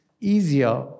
easier